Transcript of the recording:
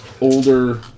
older